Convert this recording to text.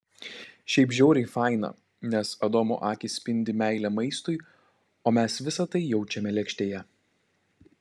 šiaip žiauriai faina nes adomo akys spindi meile maistui o mes visa tai jaučiame lėkštėje